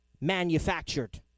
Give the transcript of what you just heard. manufactured